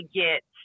get